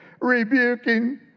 rebuking